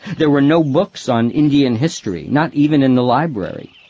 there were no books on indian history, not even in the library.